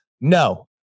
No